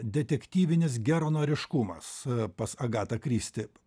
detektyvinis geranoriškumas pas agatą kristi